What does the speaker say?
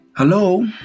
Hello